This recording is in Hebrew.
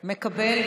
מקבל.